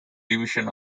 division